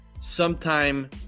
sometime